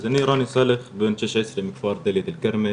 אני רני סלאח בן 16 מכפר דלית אל כרמל,